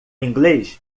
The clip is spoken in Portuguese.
inglês